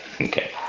okay